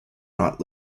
not